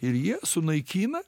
ir jie sunaikina